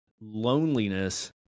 loneliness